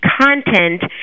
content